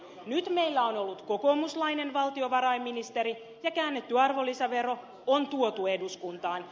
nyt meillä on ollut kokoomuslainen valtiovarainministeri ja käännetty arvonlisävero on tuotu eduskuntaan